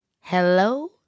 Hello